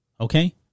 Okay